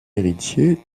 héritier